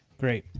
great.